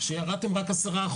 ירדתם רק ב-10%.